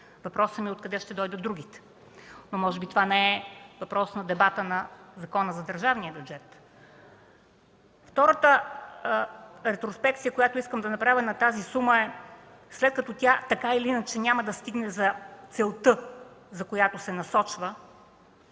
Въпросът ми е откъде ще дойдат другите? Може би това не е въпрос на дебата на Закона за държавния бюджет?! Втората ретроспекция, която искам да направя на тази сума, е: след като така или иначе тя няма да стигне за целта, за която се насочва,